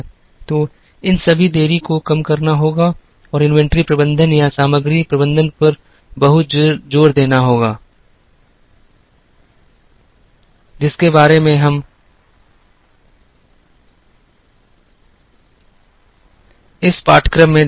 तो इन सभी देरी को कम करना होगा और इन्वेंट्री प्रबंधन या सामग्री प्रबंधन पर बहुत जोर देना होगा जिसके बारे में हम इस पाठ्यक्रम में देखेंगे